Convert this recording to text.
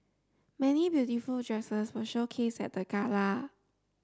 many beautiful dresses were showcased at the gala